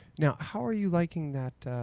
now, how are you like um that